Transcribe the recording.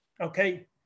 Okay